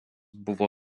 buvo